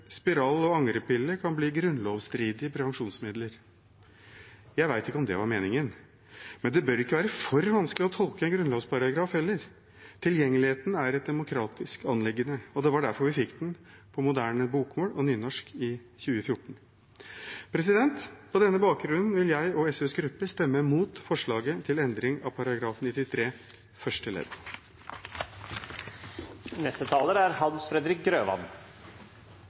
spiral og angrepiller kan bli grunnlovsstridige prevensjonsmidler. Jeg vet ikke om det var meningen, men det bør ikke være for vanskelig å tolke en grunnlovsparagraf heller. Tilgjengeligheten er et demokratisk anliggende, og det var derfor vi fikk den på moderne bokmål og nynorsk i 2014. På denne bakgrunnen vil jeg og SVs gruppe stemme mot forslaget til endring av § 93 første